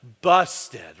Busted